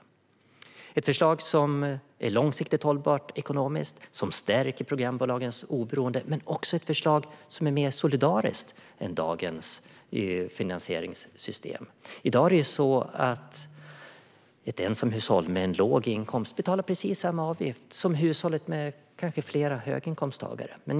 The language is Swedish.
Det är ett förslag som är långsiktigt ekonomiskt hållbart och som stärker programbolagens oberoende men som också är mer solidariskt än dagens finansieringssystem. I dag betalar ett ensamhushåll med låg inkomst precis samma avgift som ett hushåll med flera höginkomsttagare.